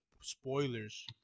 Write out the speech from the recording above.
Spoilers